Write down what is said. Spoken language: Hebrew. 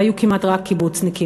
והיו כמעט רק קיבוצניקים,